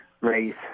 race